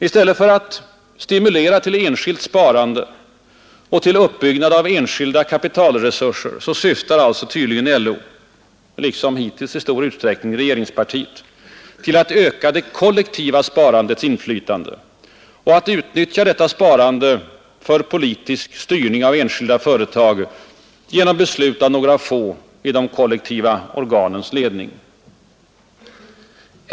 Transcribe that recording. I stället för att stimulera till enskilt sparande och uppbyggnad av enskilda kapitalresurser syftar alltså tydligen LO — liksom hittills i stor utsträckning regeringspartiet — till att öka det kollektiva sparandets inflytande och att tt utnyttja detta sparande för politisk styrning av enskilda företag genom beslut av några få i de kollektiva organens ledning.